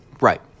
Right